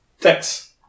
Thanks